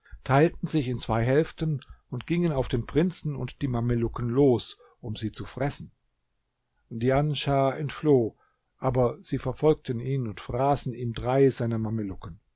teilten sich in zwei hälften und gingen auf den prinzen und die mamelucken los um sie zu fressen djanschah entfloh aber sie verfolgten ihn und fraßen ihm drei seiner